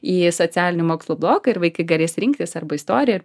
į socialinių mokslų bloką ir vaikai galės rinktis arba istorija